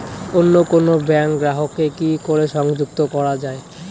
অন্য কোনো ব্যাংক গ্রাহক কে কি করে সংযুক্ত করা য়ায়?